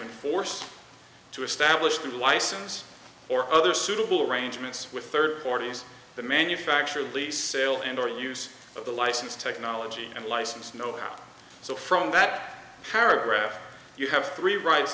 enforce to establish the license or other suitable arrangements with third parties the manufacturer lease sale and or use of the license technology and license no so from that paragraph you have three rights